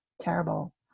terrible